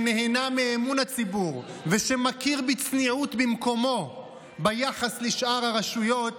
שנהנה מאמון הציבור ושמכיר בצניעות במקומו ביחס לשאר הרשויות